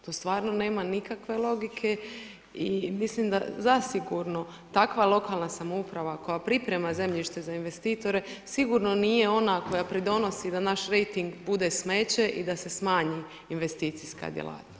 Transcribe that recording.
Tu stvarno nema nikakve logike i mislim da, zasigurno takva lokalna samouprava, koja priprema zemljište za investitore, sigurno nije ona koja pridonosi da naš rejting bude smeće i da se smanji investicijska djelatnost.